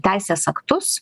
teisės aktus